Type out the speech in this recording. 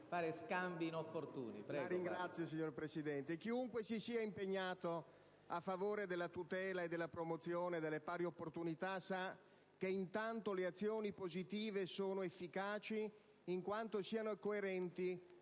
Chiunque si sia impegnato a favore della tutela e della promozione delle pari opportunità sa che in tanto le azioni positive sono efficaci in quanto siano coerenti